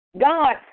God